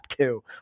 two